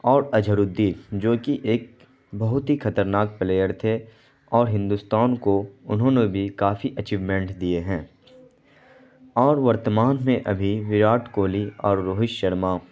اور اظہر الدین جو کہ ایک بہت ہی خطرناک پلیئر تھے اور ہندوستان کو انہوں نے بی کافی اچیومنٹ دیے ہیں اور ورتمان میں ابھی وراٹ کوہلی اور روہت شرما